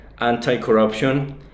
anti-corruption